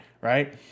right